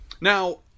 Now